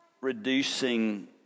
reducing